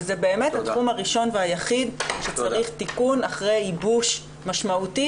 וזה באמת התחום הראשון והיחיד שצריך תיקון אחרי ייבוש משמעותי,